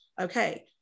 okay